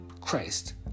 Christ